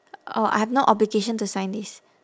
or I have no obligation to sign this